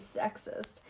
sexist